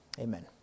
Amen